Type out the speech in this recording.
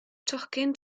tocyn